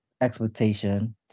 expectation